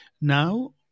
now